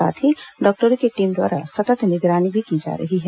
साथ ही डॉक्टरों की टीम द्वारा सतत निगरानी की जा रही है